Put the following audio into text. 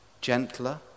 gentler